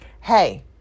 hey